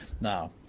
Now